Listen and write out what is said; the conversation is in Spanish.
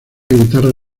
guitarra